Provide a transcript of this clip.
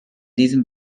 diesem